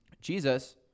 Jesus